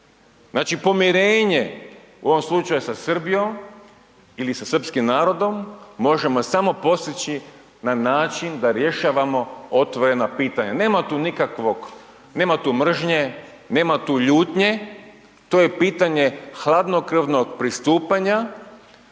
Znači, pomirenje u ovom slučaju sa Srbijom ili sa srpskim narodom možemo samo postići na način da rješavamo otvorena pitanja, nema tu nikakvog, nema tu mržnje, nema tu ljutnje, to je pitanje hladnokrvnog pristupanja